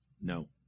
No